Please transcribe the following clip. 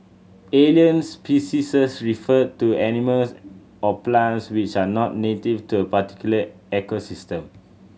alien species refer to animals or plants which are not native to a particular ecosystem